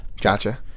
gotcha